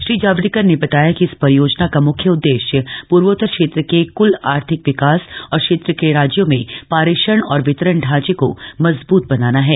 श्री जावडेकर ने बताया कि इस परियोजना का मुख्य उददेश्य पूर्वोतर क्षेत्र के कुल आर्थिक विकास और क्षेत्र के राज्यों में पारेषण और वितरण ढांचे को मजबूत बनाना है